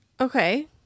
Okay